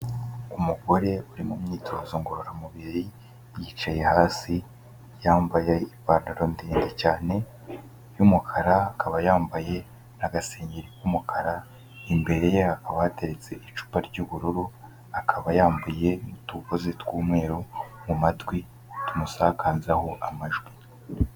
Umugore uri mu myitozo ngororamubiri yicaye hasi, yambaye ipantaro ndende cyane y'umukara, akaba yambaye n'agasengeri k'umukara, imbere ye hakaba hateretse icupa ry'ubururu, akaba yambaye utugozi tw'umweru mu matwi tumusakazaho amajwi.